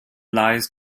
lies